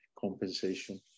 compensation